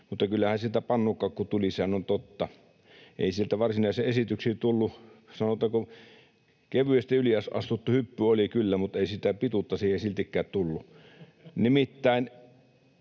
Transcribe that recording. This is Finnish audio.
mutta kyllähän siitä pannukakku tuli, sehän on totta. Ei sieltä varsinaisia esityksiä tullut. Sanotaanko, että kevyesti yliastuttu hyppy oli kyllä, mutta ei sitä pituutta siihen siltikään tullut.